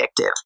addictive